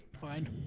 fine